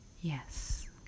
Yes